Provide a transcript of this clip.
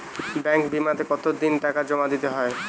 Banking বিমাতে কত দিন টাকা জমা দিতে হয়?